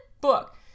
book